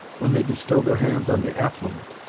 when they bestow their hands on the affluent.